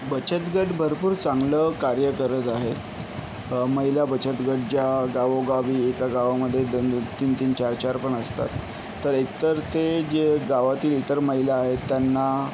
बचतगट भरपूर चांगलं कार्य करत आहे महिला बचतगट ज्या गावोगावी एका गावामध्ये दोनदोन तीनतीन चारचारपण असतात तर एकतर ते जे गावातील इतर महिला आहेत त्यांना